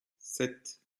sept